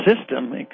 system